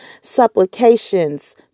supplications